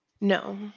No